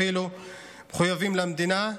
והם מחויבים למדינה.